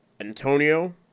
Antonio